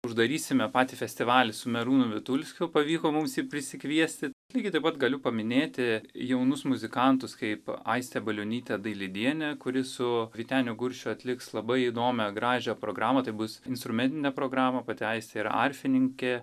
uždarysime patį festivalį su merūnu vitulskiu pavyko mums jį prisikviesti lygiai taip pat galiu paminėti jaunus muzikantus kaip aistė balionytė dailidienė kuri su vyteniu guršiu atliks labai įdomią gražią programą tai bus instrumentinė programa pati aistė yra arfininkė